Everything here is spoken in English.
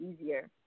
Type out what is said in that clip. easier